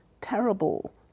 terrible